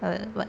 uh [what]